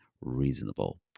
reasonable